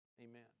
Amen